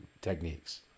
techniques